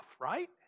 right